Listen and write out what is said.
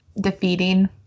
defeating